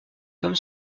comme